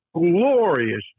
glorious